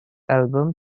album